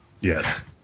Yes